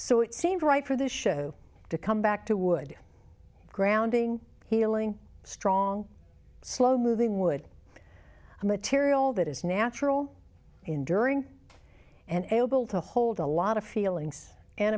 so it seemed right for this show to come back to would grounding healing strong slow moving would a material that is natural enduring and able to hold a lot of feelings and